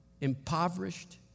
impoverished